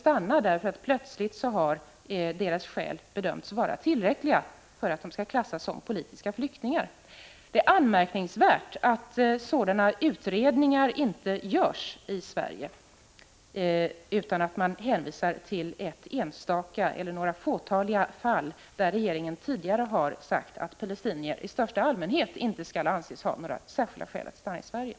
Palestiniernas skäl har nämligen efter utredning bedömts vara tillräckliga för att de skulle kunna klassas som politiska flyktingar. Det är anmärkningsvärt att sådana utredningar inte görs i Sverige och att manistället hänvisar till något enstaka eller några fåtaliga tidigare fall, i vilka regeringen sagt att palestinier i största allmänhet inte skall anses ha särskilda skäl att stanna i Sverige.